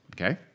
okay